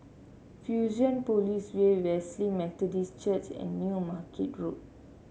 Fusionopolis Way Wesley Methodist Church and New Market Road